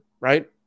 right